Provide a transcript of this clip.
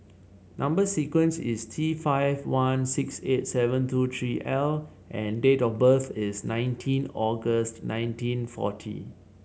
number sequence is T five one six eight seven two three L and date of birth is nineteen August nineteen forty